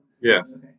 Yes